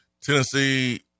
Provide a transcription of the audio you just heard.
Tennessee